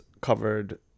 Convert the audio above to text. covered